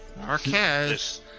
Marquez